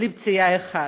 בלי פציעה אחת.